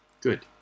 Good